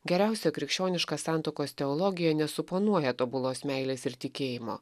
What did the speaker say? geriausia krikščioniška santuokos teologija nesuponuoja tobulos meilės ir tikėjimo